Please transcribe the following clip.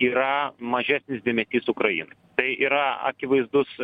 yra mažesnis dėmesys ukrainai tai yra akivaizdus